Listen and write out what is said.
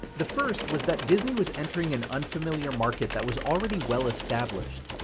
the first was that disney was entering an unfamiliar market that was already well established,